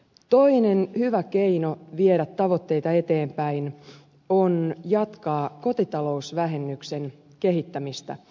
toinen hyvä keino viedä tavoitteita eteenpäin on jatkaa kotitalousvähennyksen kehittämistä